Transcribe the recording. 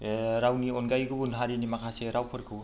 रावनि अनगायै गुबुन हारिनि माखासे रावफोरखौ